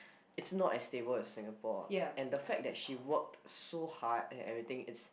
it's not as stable as Singapore and the fact that she work so hard and everything it's